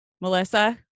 Melissa